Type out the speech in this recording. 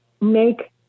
make